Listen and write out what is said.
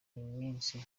minsi